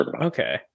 Okay